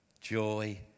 joy